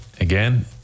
again